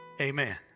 Amen